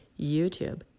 YouTube